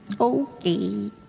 Okay